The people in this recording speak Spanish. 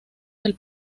del